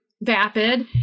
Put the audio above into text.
vapid